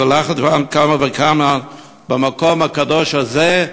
ועל אחת כמה וכמה במקום הקדוש הזה,